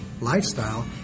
lifestyle